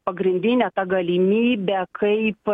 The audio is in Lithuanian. pagrindinę tą galimybę kaip